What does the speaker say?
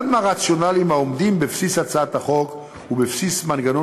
אחד מהרציונלים העומדים בבסיס הצעת החוק ובבסיס מנגנון